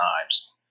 times